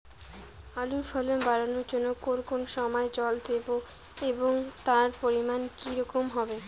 আলুর ফলন বাড়ানোর জন্য কোন কোন সময় জল দেব এবং তার পরিমান কি রকম হবে?